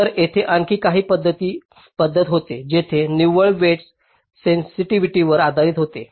तर तेथे आणखी काही पध्दत होती जिथे निव्वळ वेईटस सेन्सिटिव्हिटीवर आधारित होते